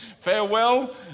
Farewell